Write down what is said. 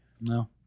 No